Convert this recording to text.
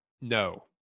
No